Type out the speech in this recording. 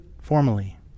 formally